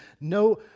no